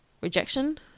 rejection